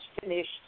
finished